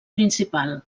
principal